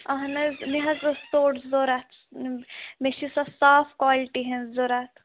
اَہَن حظ مےٚ حظ ٲس ژوٚٹ ضروٗرت مےٚ چھِ سۄ صاف کالٹی ہٕنٛز ضروٗرت